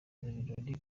ibirori